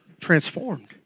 Transformed